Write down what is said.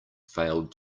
failed